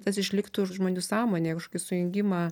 tas išliktų žmonių sąmonėje kažkokį sujungimą